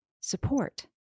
support